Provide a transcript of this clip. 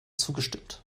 zugestimmt